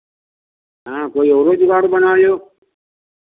हाँ कोई औरो जुगाड़ बनाए लो